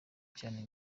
cyane